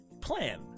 plan